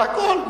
זה הכול.